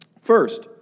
First